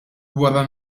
wara